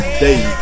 day